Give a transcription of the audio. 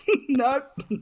Nope